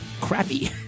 crappy